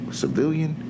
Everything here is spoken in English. civilian